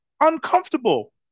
uncomfortable